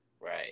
right